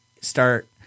start